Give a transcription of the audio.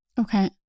Okay